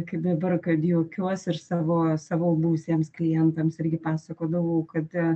kaip dabar kad juokiuos ir savo savo buvusiems klientams irgi pasakodavau kad